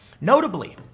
Notably